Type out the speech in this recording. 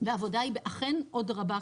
והעבודה היא אכן עוד רבה,